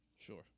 Sure